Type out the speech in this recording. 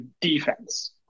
defense